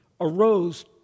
arose